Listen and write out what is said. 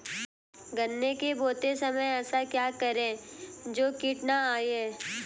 गन्ने को बोते समय ऐसा क्या करें जो कीट न आयें?